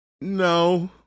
No